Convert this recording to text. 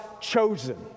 chosen